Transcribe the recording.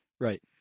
right